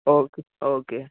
okay okay